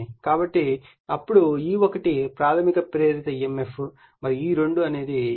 కాబట్టి అప్పుడు E1 ప్రాధమిక ప్రేరిత emf మరియు E2 అనేది E2 V2 ద్వితీయ ప్రేరిత emf